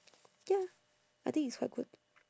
ya I think it's quite good